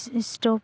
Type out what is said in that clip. stove